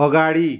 अगाडि